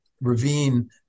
ravine